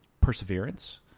perseverance